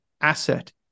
asset